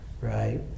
Right